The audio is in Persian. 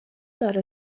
داره